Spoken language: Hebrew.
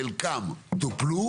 חלקם טופלו